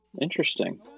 interesting